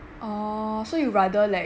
oh so you rather like